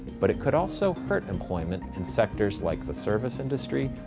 but it could also hurt employment in sectors like the service industry,